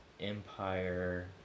Empire